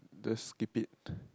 just skip it